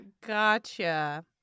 Gotcha